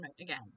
again